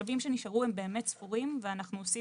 השלבים שנשארו הם באמת ספורים ואנחנו עושים